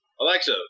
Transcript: Alexa